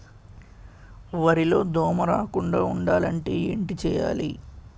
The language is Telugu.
వరిలో దోమ రాకుండ ఉండాలంటే ఏంటి చేయాలి?